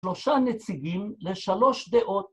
‫שלושה נציגים לשלוש דעות.